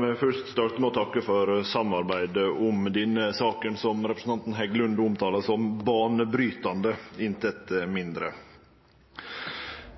meg først takke for samarbeidet om denne saka, som representanten Heggelund omtaler som «banebrytende» – ikkje mindre!